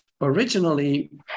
originally